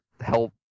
Help